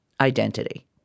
identity